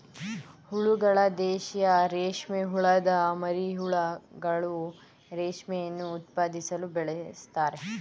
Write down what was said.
ಹುಳಗಳು ದೇಶೀಯ ರೇಷ್ಮೆಹುಳದ್ ಮರಿಹುಳುಗಳು ರೇಷ್ಮೆಯನ್ನು ಉತ್ಪಾದಿಸಲು ಬೆಳೆಸ್ತಾರೆ